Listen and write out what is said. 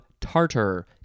tartar